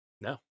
No